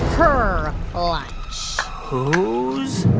her lunch whose?